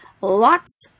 Lots